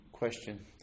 Question